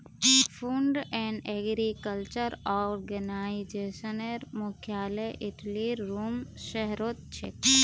food and agriculture आर्गेनाईजेशनेर मुख्यालय इटलीर रोम शहरोत छे